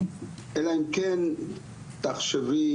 אלא אם כן תחשבי